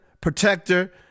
protector